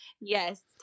Yes